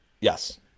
yes